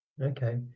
Okay